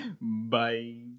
Bye